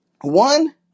one